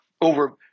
over